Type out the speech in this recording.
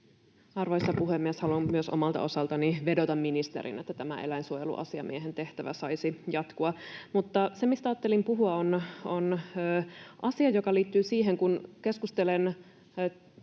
Arvoisa puhemies! Haluan myös omalta osaltani vedota ministeriin, että eläinsuojeluasiamiehen tehtävä saisi jatkua. Mutta se, mistä ajattelin puhua, on asia, joka liittyy siihen, kun keskustelen